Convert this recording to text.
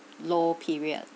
low period